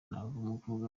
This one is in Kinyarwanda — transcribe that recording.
namuvugaho